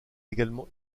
également